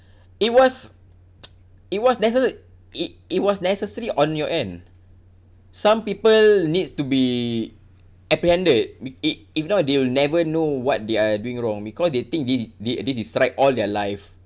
it was it was necce~ it it was necessary on your end some people needs to be apprehended i~ i~ if not they will never know what they are doing wrong because they think this is this is right all their life